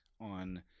on